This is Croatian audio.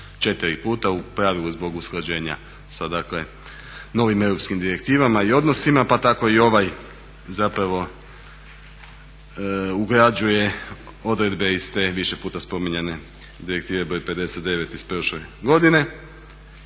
sad 4 puta u pravilu zbog usklađenja sa, dakle novim europskim direktivama i odnosima pa tako i ovaj zapravo ugrađuje odredbe iz te više puta spominjane direktive broj 59. iz prošle godine.